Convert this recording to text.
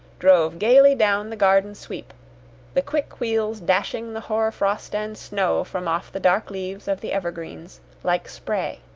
drove gaily down the garden-sweep the quick wheels dashing the hoar-frost and snow from off the dark leaves of the evergreens like spray.